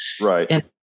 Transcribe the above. Right